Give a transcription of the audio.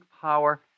power